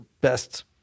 best